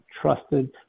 trusted